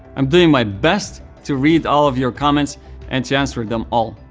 i'm doing my best to read all of your comments and to answer them all.